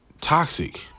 toxic